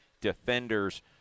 defenders